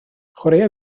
chwaraea